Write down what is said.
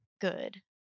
good